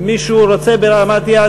מי שרוצה, אפשר בהרמת יד.